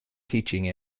teaching